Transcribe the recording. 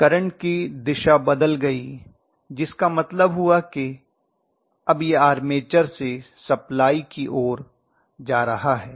current की दिशा बदल गई जिसका मतलब हुआ कि अब यह आर्मेचर से सप्लाई की ओर जा रहा है